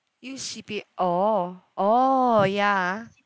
use C_P oh oh ya ah